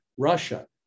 Russia